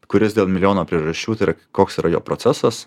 kuris dėl milijono priežasčių tai yra koks yra jo procesas